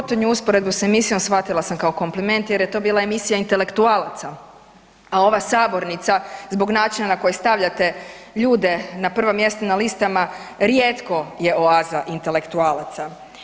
Posljednju usporedbu s emisijom shvatila sam kao kompliment jer je to bila emisija intelektualaca, a ova sabornica zbog načina na koji stavljate ljude na prva mjesta na listama rijetko je oaza intelektualaca.